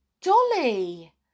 Jolly